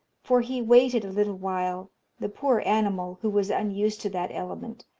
for he waited a little while the poor animal, who was unused to that element,